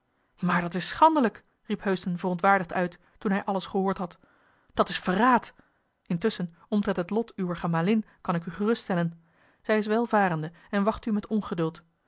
maar dat is schandelijk riep heusden verontwaardigd uit toen hij alles gehoord had dat is verraad intusschen omtrent het lot uwer gemalin kan ik u geruststellen zij is welvarende en wacht u met ongeduld